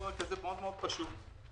כתוב בו כך: